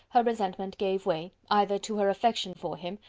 her resentment gave way, either to her affection for him,